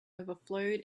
overflowed